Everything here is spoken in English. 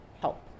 help